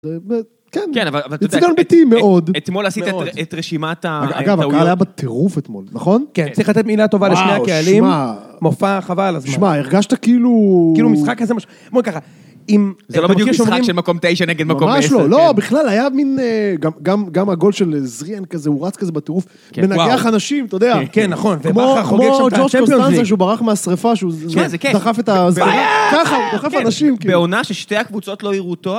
כן, אבל אתה יודע, אתמול עשית את רשימת האוויר. אגב, הקהל היה בטירוף אתמול, נכון? כן. צריך לתת מילה טובה לשני הקהלים, מופע חבל, אז מה? שמע, הרגשת כאילו... כאילו משחק כזה, כמו ככה, אם... זה לא בדיוק משחק של מקום תשע נגד מקום עשר. ממש לא, לא, בכלל היה מין... גם הגול של זריאן כזה, הוא רץ כזה בטירוף, ונגח אנשים, אתה יודע. כן, נכון, ובאחר חוגג שם את הצ'מפיון הזה. הוא ברח מהשריפה, שהוא דחף את ה... ככה הוא דחף אנשים. בעונה ששתי הקבוצות לא הראו אותו.